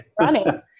running